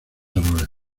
árboles